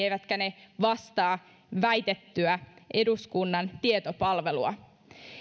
eivätkä ne vastaa väitettyä eduskunnan tietopalvelua